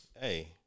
Hey